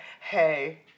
hey